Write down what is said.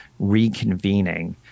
reconvening